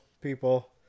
people